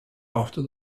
after